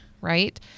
right